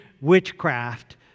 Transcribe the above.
witchcraft